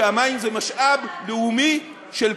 שהמים הם משאב לאומי של כולנו,